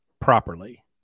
properly